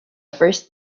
first